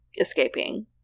escaping